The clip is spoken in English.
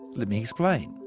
let me explain.